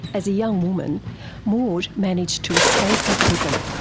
as a young woman maude managed to escape her prison,